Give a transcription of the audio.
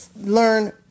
learn